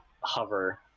hover